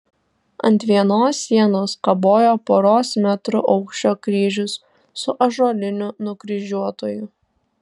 ant vienos sienos kabojo poros metrų aukščio kryžius su ąžuoliniu nukryžiuotuoju